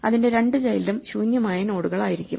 അതിന്റെ രണ്ട് ചൈൽഡും ശൂന്യമായ നോഡുകളായിരിക്കും